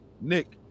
Nick